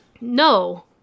No